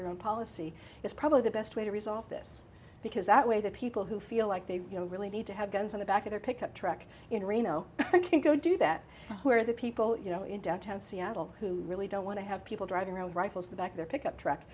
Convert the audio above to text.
their own policy is probably the best way to resolve this because that way the people who feel like they really need to have guns in the back of their pickup truck in reno can go do that where the people you know in downtown seattle who really don't want to have people driving around with rifles the back their pickup truck